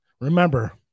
remember